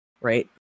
right